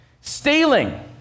Stealing